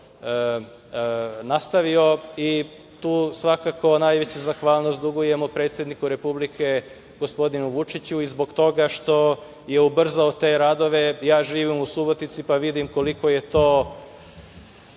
nastavio. Tu svakako najveću zahvalnost dugujemo predsedniku Republike gospodinu Vučiću i zbog toga što je ubrzao te radove. Živim u Subotici, pa vidim koliko su to